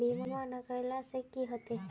बीमा ना करेला से की होते?